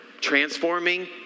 Transforming